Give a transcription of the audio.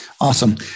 awesome